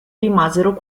rimasero